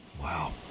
Wow